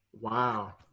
Wow